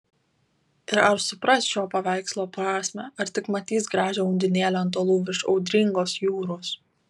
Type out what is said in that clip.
ir ar supras šio paveikslo prasmę ar tik matys gražią undinėlę ant uolų virš audringos jūros